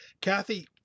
Kathy